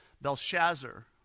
Belshazzar